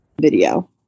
video